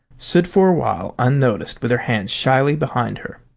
stood for a while unnoticed with her hands shyly behind her.